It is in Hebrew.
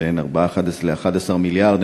בין 4 ל-11 מיליארד,